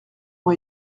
ont